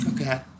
Okay